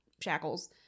shackles